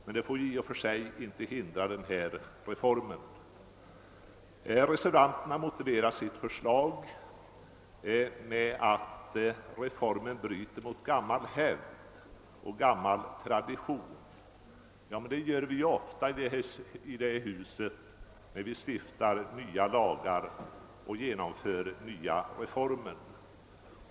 Men det får i så fall inte hindra denna reform. Reservanterna motiverar sitt förslag med att reformen bryter mot gammal hävd och gammal tradition. Ja,, men det gör vi ju ofta i detta hus när vi stiftar nya lagar och genomför nya reformer.